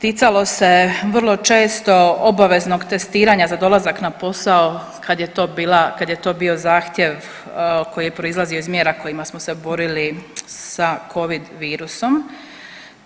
Ticalo se vrlo često obaveznog testiranja za dolazak na posao kad je to bio zahtjev koji je proizlazio iz mjera kojima smo se borili sa covid virusom,